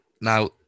Now